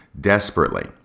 desperately